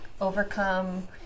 overcome